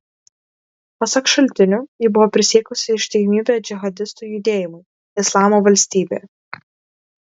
pasak šaltinių ji buvo prisiekusi ištikimybę džihadistų judėjimui islamo valstybė